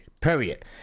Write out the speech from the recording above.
Period